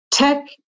Tech